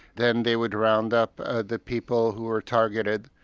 then they would round up the people who were targeted,